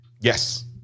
Yes